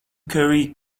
curry